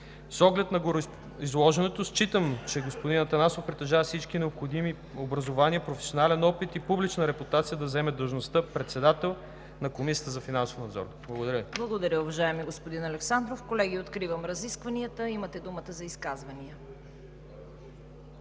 С оглед на гореизложеното считам, че господин Атанасов притежава всички необходими образования, професионален опит и публична репутация да заеме длъжността „председател“ на Комисията за финансов надзор. Благодаря. ПРЕДСЕДАТЕЛ ЦВЕТА КАРАЯНЧЕВА: Благодаря, уважаеми господин Александров. Колеги, откривам разискванията. Имате думата за изказвания.